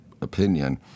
opinion